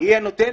היא הנותנת,